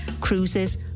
cruises